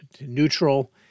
neutral